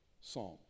psalm